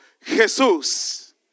Jesús